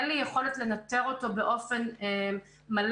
אין לי יכולת לנתר אותו באופן מלא,